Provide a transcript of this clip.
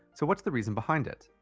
so what's the reason behind it?